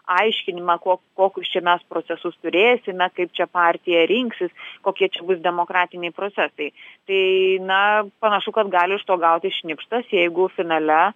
aiškinimą ko kokius čia mes procesus turėsime kaip čia partija rinksis kokie čia bus demokratiniai procesai tai na panašu kad gali iš to gautis šnipštas jeigu finale